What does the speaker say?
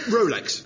Rolex